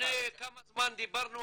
לפני כמה זמן דיברנו,